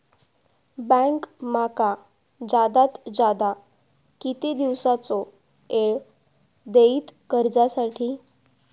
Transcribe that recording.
Bank माका जादात जादा किती दिवसाचो येळ देयीत कर्जासाठी?